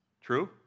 True